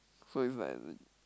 so it's like